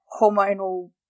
hormonal